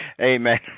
amen